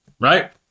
right